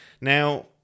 Now